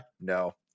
No